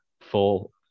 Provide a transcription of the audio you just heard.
full